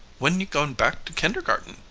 when you going back to kindergarten,